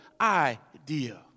idea